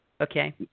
Okay